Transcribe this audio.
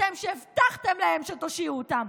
אתם, שהבטחתם להם שתושיעו אותם.